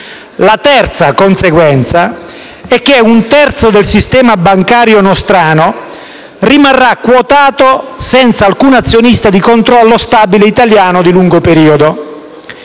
La terza conseguenza è che un terzo del sistema bancario nostrano rimarrà quotato senza alcun azionista di controllo stabile italiano di lungo periodo.